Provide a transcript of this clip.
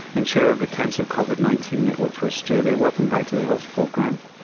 and chair of the cancer covid nineteen network for australia. welcome back to the health report, grant.